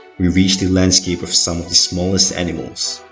we reached the landscape of some of the smallest animals